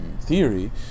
theory